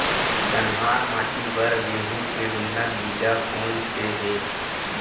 कन्हार माटी बर गेहूँ के उन्नत बीजा कोन से हे?